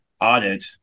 audit